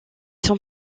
sont